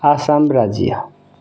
आसाम राज्य